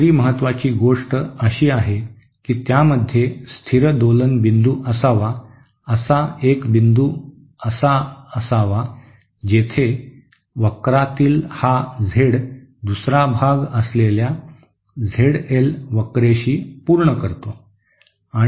दुसरी महत्वाची गोष्ट अशी आहे की त्यामध्ये स्थिर दोलन बिंदू असावा असा एक बिंदू असा असावा जेथे वक्रातील हा झेड दुसरा भाग असलेल्या झेड एल वक्रेशी पूर्ण करतो